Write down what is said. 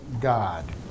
God